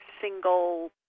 single